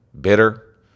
bitter